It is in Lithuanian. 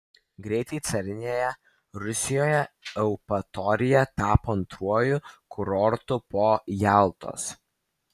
greitai carinėje rusijoje eupatorija tapo antruoju kurortu po jaltos